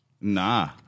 Nah